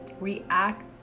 react